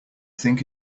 think